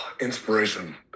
Inspiration